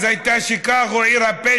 אז שיקאגו הייתה עיר הפשע,